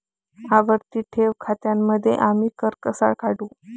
आवर्ती ठेव खात्यांमध्ये आम्ही कर कसा काढू?